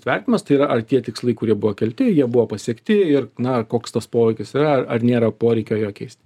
vertinimas tai yra ar tie tikslai kurie buvo kelti jie buvo pasiekti ir na koks tas poveikis yra ar nėra poreikio jo keisti